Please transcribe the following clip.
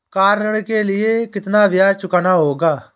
Car ऋण के लिए कितना ब्याज चुकाना होगा?